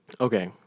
Okay